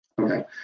Okay